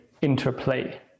interplay